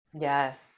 Yes